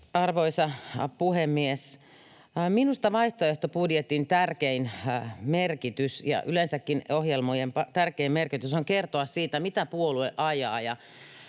arvoisa puhemies! Minusta vaihtoehtobudjetin tärkein merkitys ja yleensäkin ohjelmien tärkein merkitys on kertoa siitä, mitä puolue ajaa